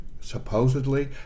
supposedly